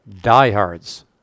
Diehards